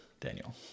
Daniel